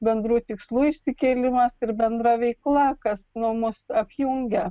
bendrų tikslų išsikėlimas ir bendra veikla kas nu mus apjungia